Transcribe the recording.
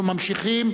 אנחנו ממשיכים,